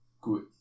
good